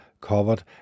covered